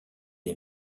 est